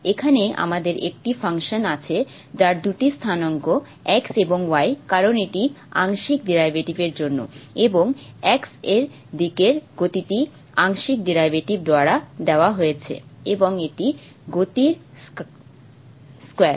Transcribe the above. এখানে আমাদের একটি ফাংশন আছে যার দুটি স্থানাঙ্ক x এবং y কারণ এটি আংশিক ডেরিভেটিভ এর জন্য এবং x এর দিকের গতিটি আংশিক ডেরিভেটিভ দ্বারা দেওয়া হয়েছে এবং এটি গতির স্কয়ার